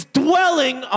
dwelling